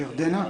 ירדנה,